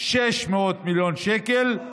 600 מיליון שקל,